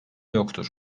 yoktur